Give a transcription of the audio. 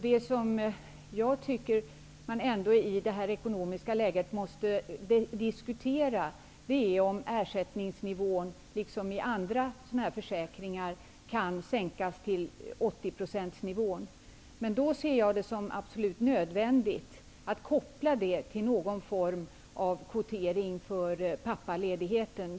Det som jag tycker att man måste diskutera i det här ekonomiska läget är om ersättningsnivån, liksom i andra försäkringar, kan sänkas till 80-procentsnivån. Men då ser jag det som absolut nödvändigt att koppla det till någon form av kvotering för pappaledigheten.